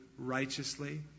Righteously